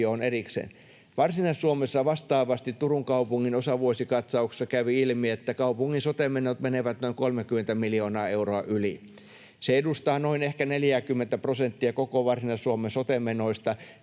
Varsinais-Suomessa vastaavasti Turun kaupungin osavuosikatsauksessa kävi ilmi, että kaupungin sote-menot menevät noin 30 miljoonaa euroa yli. Se edustaa ehkä noin 40 prosenttia koko Varsinais-Suomen sote-menoista,